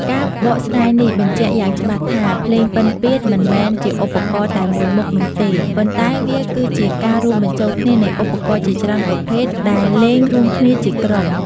ការបកស្រាយនេះបញ្ជាក់យ៉ាងច្បាស់ថា ភ្លេងពិណពាទ្យមិនមែនជាឧបករណ៍តែមួយមុខនោះទេ ប៉ុន្តែវាគឺជាការរួមបញ្ចូលគ្នានៃឧបករណ៍ជាច្រើនប្រភេទ ដែលលេងរួមគ្នាជាក្រុម។